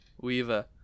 Weaver